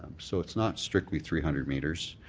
so it's not strictly three hundred meters.